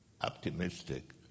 optimistic